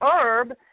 herb